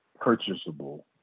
purchasable